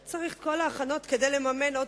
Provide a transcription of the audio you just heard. הוא צריך את כל ההכנות כדי לממן עוד